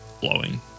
blowing